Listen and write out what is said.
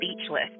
speechless